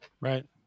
right